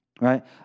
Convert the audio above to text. Right